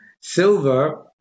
Silver